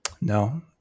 no